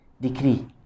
decree